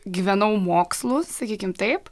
gyvenau mokslu sakykim taip